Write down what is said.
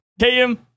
km